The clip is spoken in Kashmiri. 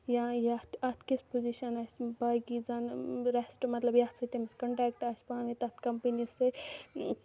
یا یَتھ اَتھ کِژھ پُوٚزِشن آسہِ باقٕے زَنہٕ ریٚسٹ مطلب یَتھ سۭتۍ أمٕس کَنٹیکٹ آسہِ پانہٕ ؤنۍ تَتھ کمپٔنۍ سۭتۍ